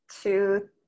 two